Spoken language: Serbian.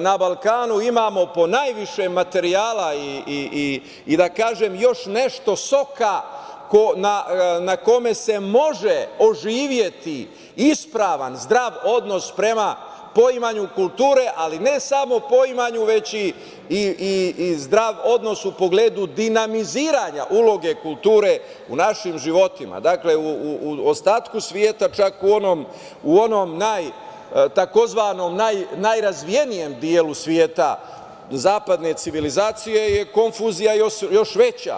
na Balkanu imamo ponajviše materijala i da kažem, još nešto soka, na kome se može oživeti isprava, zdrav odnos prema poimanju kulture, ali ne samo poimanju, već i zdrav odnos u pogledu dinamiziranja uloge kulture u našim životima, dakle u ostatku sveta, u onom najrazvijenijem delu sveta zapadne civilizacije, i tu je konfuzija još veća.